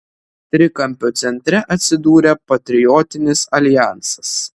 trikampio centre atsidūrė patriotinis aljansas